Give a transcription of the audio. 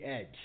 edge